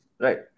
right